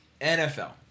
NFL